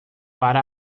para